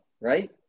right